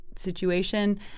situation